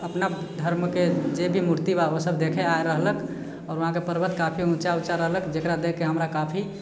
अपना धर्मके जे भी मूर्ति बा ओसब देखे आ रहलक आओर वहाँके पर्वत काफी ऊँचा ऊँचा रहलक जकरा देखिके हमरा काफी